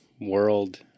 world